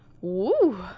Woo